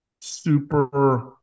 super